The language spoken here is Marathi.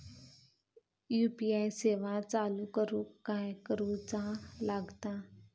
यू.पी.आय सेवा चालू करूक काय करूचा लागता?